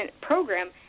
program